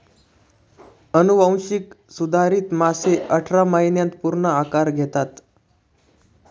अनुवांशिक सुधारित मासे अठरा महिन्यांत पूर्ण आकार घेतात